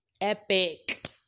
Epic